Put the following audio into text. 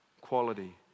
quality